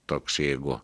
toks jeigu